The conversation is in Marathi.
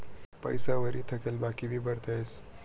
पैसा वरी थकेल बाकी भी भरता येस